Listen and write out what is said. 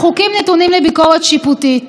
החוקים נתונים לביקורת שיפוטית.